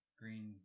green